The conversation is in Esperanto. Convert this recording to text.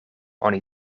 oni